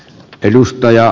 arvoisa puhemies